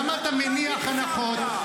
למה אתה מניח הנחות?